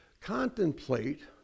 contemplate